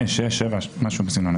יש אנשים שיש להם בעיית עיקול,